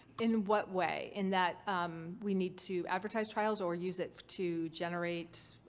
in what way? in that we need to advertise trials or use it to generate